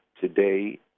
Today